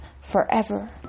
forever